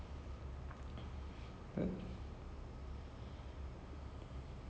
okay so I binge watch the entire thing I think like a year back